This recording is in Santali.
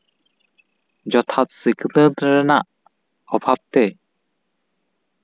ᱡᱚᱛᱷᱟᱛ ᱥᱤᱠᱷᱱᱟᱹᱛ ᱨᱮᱱᱟᱜ ᱚᱵᱷᱟᱵ ᱛᱮ